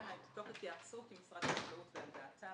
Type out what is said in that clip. זה תוך התייעצות עם משרד החקלאות ועל דעתם.